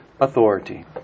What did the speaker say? authority